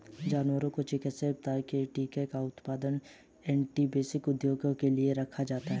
जानवरों को चिकित्सा उपयोग के लिए टीके का उत्पादन और एंटीसीरम उद्देश्यों के लिए रखा जाता है